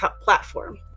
platform